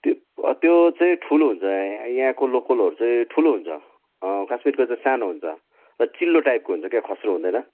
त्यो त्यो चाहिँ ठुलो हुन्छ यहाँको लोकलहरू चाहिँ ठुलो हुन्छ काश्मीरको चाहिँ सानो हुन्छ चिल्लो टाइपको हुन्छ क्या खस्रो हुँदैन